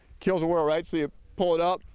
kills the whorl right so you pull it up,